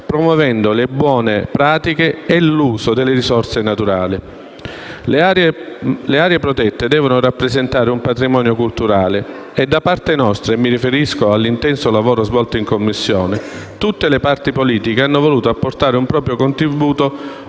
promuovendo le buone pratiche e l'uso delle risorse naturali. Le aree protette devono rappresentare un patrimonio culturale comune e da parte nostra - mi riferisco all'intenso lavoro svolto in Commissione - tutte le parti politiche hanno voluto apportare un proprio contributo